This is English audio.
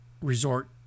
resort